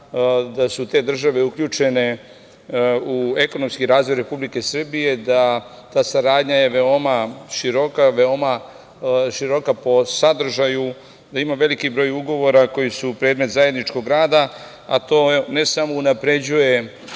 da su te države uključene u ekonomski razvoj Republike Srbije, da je ta saradnja veoma široka, veoma široka po sadržaju, da ima veliki broj ugovora koji su predmet zajedničkog rada, a to ne samo da unapređuje